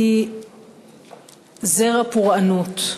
היא זרע פורענות.